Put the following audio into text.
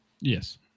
Yes